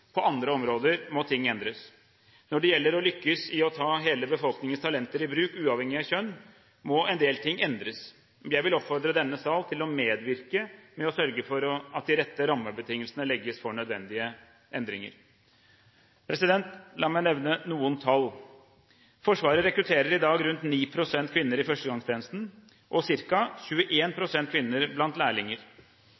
på andre områder må ting endres. Når det gjelder å lykkes i å ta hele befolkningens talenter i bruk uavhengig av kjønn, må en del ting endres. Jeg vil oppfordre denne sal til å medvirke ved å sørge for at de rette rammebetingelsene legges for nødvendige endringer. La meg nevne noen tall. Forsvaret rekrutterer i dag rundt 9 pst. kvinner i førstegangstjenesten og